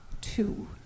Two